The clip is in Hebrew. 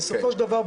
בסופו של דבר,